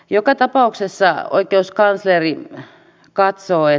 joka tapauksessa oikeuskansleri katsoi